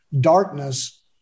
darkness